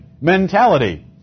mentality